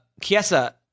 Kiesa